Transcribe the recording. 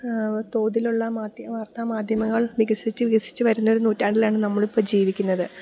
തോതിലുള്ള വാർത്താ മാധ്യമങ്ങൾ വികസിച്ചുവികസിച്ചു വരുന്നൊരു നൂറ്റാണ്ടിലാണു നമ്മളിപ്പോള് ജീവിക്കുന്നത്